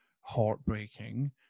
heartbreaking